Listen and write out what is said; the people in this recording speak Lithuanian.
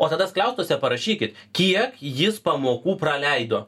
o tada skliaustuose parašykit kiek jis pamokų praleido